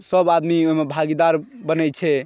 सभ आदमी ओहिमे भागीदार बनै छै